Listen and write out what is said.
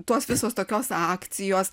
tos visos tokios akcijos